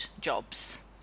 jobs